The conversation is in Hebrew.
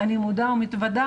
אני מודה ומתוודה,